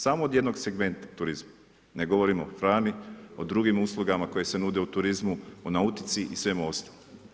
Samo od jednog segmenta turizma, ne govorimo o hrani, o drugim uslugama koje se nude u turizmu, o nautici i svemu ostalome.